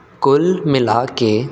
ਕੁੱਲ ਮਿਲਾ ਕੇ